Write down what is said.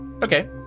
Okay